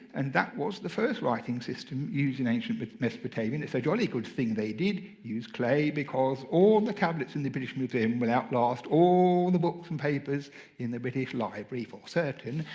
and that was the first writing system used in ancient but mesopotamia. and it's a jolly good thing they did use clay, because all the tablets in the british museum will outlast all the books and papers in the british library for certain.